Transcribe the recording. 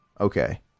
Okay